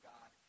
God